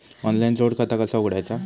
Online जोड खाता कसा उघडायचा?